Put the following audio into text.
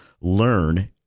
learn